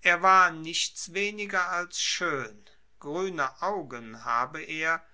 er war nichts weniger als schoen gruene augen habe er